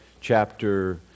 chapter